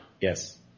Yes